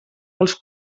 dels